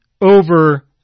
over